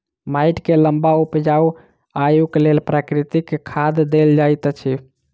माइट के लम्बा उपजाऊ आयुक लेल प्राकृतिक खाद देल जाइत अछि